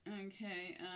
okay